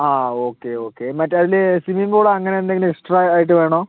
ആ okay okay മറ്റെ അതില് സ്വിമ്മിങ്ങ് പൂളോ അങ്ങനെയെന്തെങ്കിലും എക്സ്ട്രാ ആയിട്ട് വേണോ